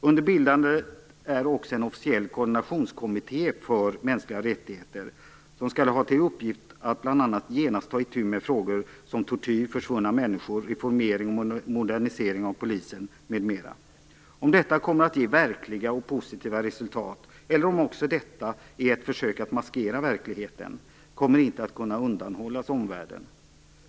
Under bildande är också en officiell koordinationskommitté för mänskliga rättigheter, som skall ha till uppgift att bl.a. genast ta itu med frågor som tortyr, försvunna människor, reformering och modernisering av polisen, m.m. Om detta kommer att ge verkliga och positiva resultat eller om också detta är ett försök att maskera verkligheten kommer inte att kunna undanhållas omvärlden.